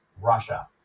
Russia